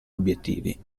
obiettivi